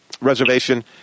Reservation